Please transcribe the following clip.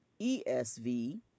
ESV